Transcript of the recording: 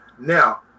now